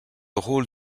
rôle